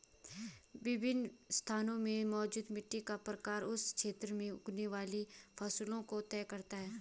विभिन्न स्थानों में मौजूद मिट्टी का प्रकार उस क्षेत्र में उगने वाली फसलों को तय करता है